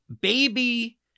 baby